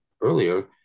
earlier